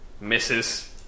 misses